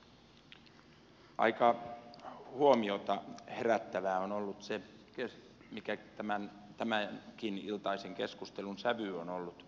aika huomiota herättävää on ollut se mikä tämänkiniltaisen keskustelun sävy on ollut